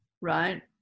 right